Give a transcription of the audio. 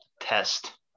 test